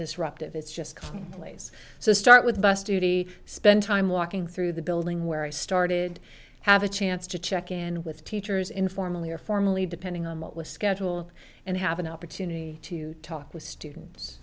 disruptive it's just common place so start with bus duty spend time walking through the building where i started have a chance to check in with teachers informally or formally depending on what was schedule and have an opportunity to talk with students